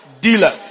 dealer